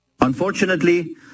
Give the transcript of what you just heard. Unfortunately